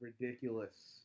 ridiculous